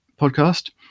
podcast